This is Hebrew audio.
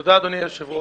תודה, אדוני היושב-ראש.